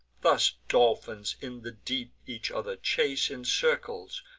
thus dolphins in the deep each other chase in circles,